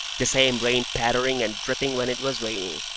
the same rain pattering and dripping when it was rainy,